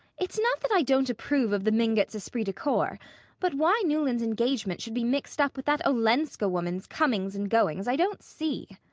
it's not that i don't approve of the mingotts' esprit de corps but why newland's engagement should be mixed up with that olenska woman's comings and goings i don't see,